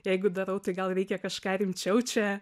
jeigu darau tai gal reikia kažką rimčiau čia